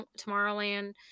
Tomorrowland